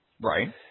Right